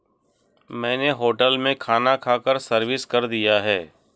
मैंने होटल में खाना खाकर सर्विस कर दिया है